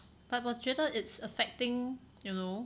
but 我觉得 it's affecting you know